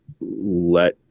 let